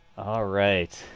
all right.